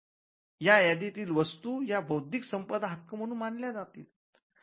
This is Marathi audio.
या यादीतील वस्तू या बौद्धिक संपदा हक्क म्हणून मानल्या जातील